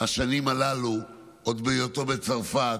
השנים הללו, עוד בהיותו בצרפת,